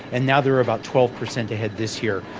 and now they're about twelve percent ahead this year,